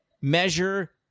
measure